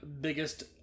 biggest